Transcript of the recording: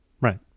Right